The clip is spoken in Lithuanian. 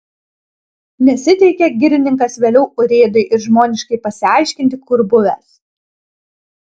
nesiteikė girininkas vėliau urėdui ir žmoniškai pasiaiškinti kur buvęs